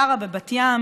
גרה בבת ים.